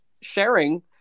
sharing